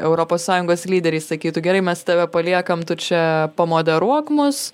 europos sąjungos lyderiai sakytų gerai mes tave paliekam tu čia pamoderuok mus